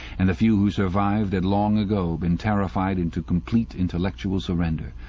and the few who survived had long ago been terrified into complete intellectual surrender.